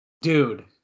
Dude